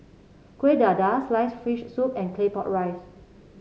Kuih Dadar sliced fish soup and Claypot Rice